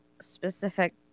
specific